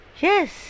Yes